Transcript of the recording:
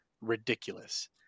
ridiculous